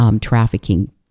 trafficking